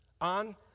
on